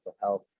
health